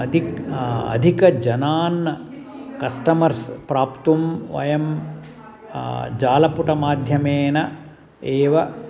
अधिकम् अधिकजनान् कस्टमर्स् प्राप्तुं वयं जालपुटमाध्यमेन एव